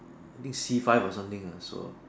I think C five or something and so on